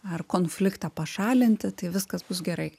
ar konfliktą pašalinti tai viskas bus gerai